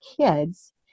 kids